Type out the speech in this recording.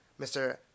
Mr